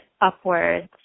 upwards